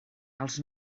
els